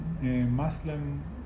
Muslim